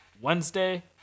Wednesday